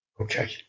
okay